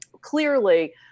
clearly